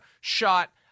shot